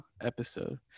episode